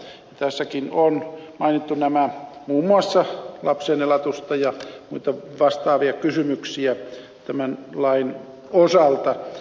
tässäkin on mainittu muun muassa lapsen elatusta ja muita vastaavia kysymyksiä tämän lain osalta